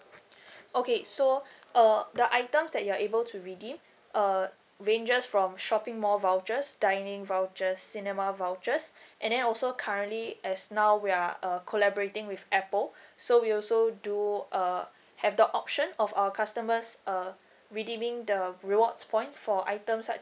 okay so uh the items that you are able to redeem uh ranges from shopping mall vouchers dining vouchers cinema vouchers and then also currently as now we are uh collaborating with apple so we also do uh have the option of our customers uh redeeming the rewards point for items such